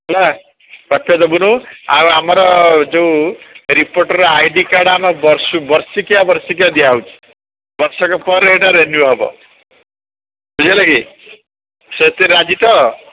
ହେଲା ପ୍ରାପ୍ୟ ଦେବୁନୁ ଆଉ ଆମର ଯୋଉ ରିପୋଟର୍ ଆଇ ଡି କାର୍ଡ୍ ଆମେ ବର୍ଷ ବର୍ଷିକିଆ ବର୍ଷିକିଆ ଦିଆହେଉଛି ବର୍ଷକ ପରେ ଏଟା ରେନୁ ହେବ ବୁଝି ହେଲା କି ସେଥିରେ ରାଜି ତ